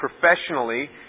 Professionally